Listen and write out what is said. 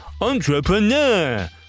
entrepreneur